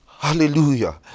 Hallelujah